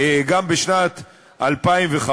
גם בשנת 2015,